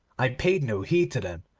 i paid no heed to them,